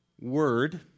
word